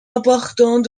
importants